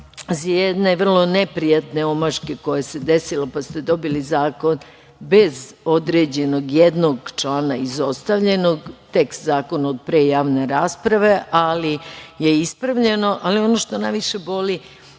jedne vrlo neprijatne omaške koja se desila, pa ste dobili zakon bez određenog jednog člana izostavljenog, tekst zakona od pre javne rasprave, ali je ispravno. Ono što najviše boli,